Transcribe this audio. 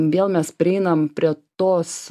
vėl mes prieinam prie tos